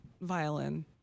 violin